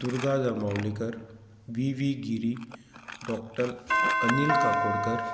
Durga Jamavalikar V V Giri doctor Anil Kakodkar